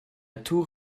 tour